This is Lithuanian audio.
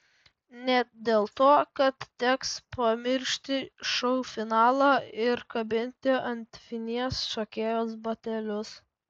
ne dėl to kad teks pamiršti šou finalą ir kabinti ant vinies šokėjos batelius